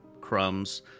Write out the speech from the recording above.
crumbs